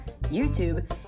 YouTube